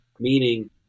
Meaning